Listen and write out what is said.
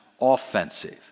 offensive